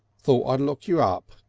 thought i'd look you up,